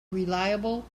reliable